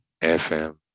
FM